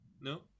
no